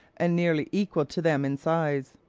and nearly equal to them in size.